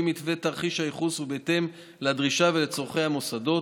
מתווה תרחיש הייחוס ובהתאם לדרישה ולצורכי המוסדות.